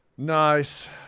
Nice